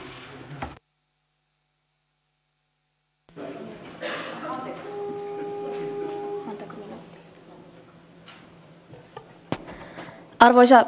arvoisa puhemies